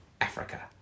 Africa